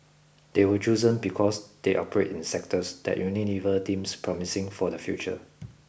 they were chosen because they operate in sectors that Unilever deems promising for the future